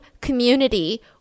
community